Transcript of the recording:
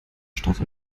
starte